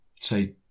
say